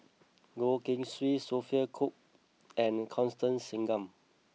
Goh Keng Swee Sophia Cooke and Constance Singam